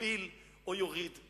יועיל או יוריד,